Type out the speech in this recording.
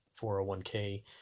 401k